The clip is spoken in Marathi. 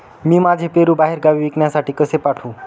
मी माझे पेरू बाहेरगावी विकण्यासाठी कसे पाठवू?